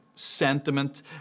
sentiment